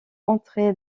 entrée